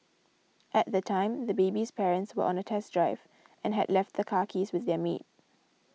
at the time the baby's parents were on a test drive and had left the car keys with their maid